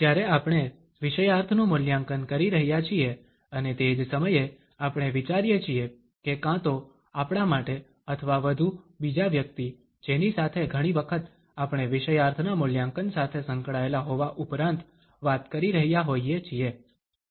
જ્યારે આપણે વિષયાર્થનું મૂલ્યાંકન કરી રહ્યા છીએ અને તે જ સમયે આપણે વિચારીએ છીએ કે કાં તો આપણા માટે અથવા વધુ બીજા વ્યક્તિ જેની સાથે ઘણી વખત આપણે વિષયાર્થના મૂલ્યાંકન સાથે સંકળાયેલા હોવા ઉપરાંત વાત કરી રહ્યા હોઇએ છીએ